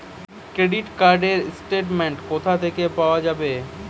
Credit card র statement কোথা থেকে পাওয়া যাবে?